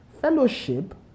Fellowship